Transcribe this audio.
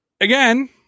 Again